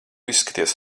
izskaties